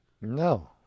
No